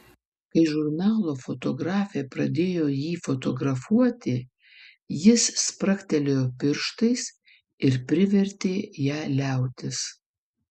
kai žurnalo fotografė pradėjo jį fotografuoti jis spragtelėjo pirštais ir privertė ją liautis